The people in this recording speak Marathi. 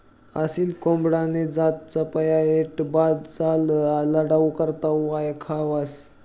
असील कोंबडानी जात चपयता, ऐटबाज चाल आणि लढाऊ करता वयखावंस